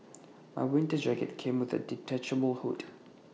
my winter jacket came with A detachable hood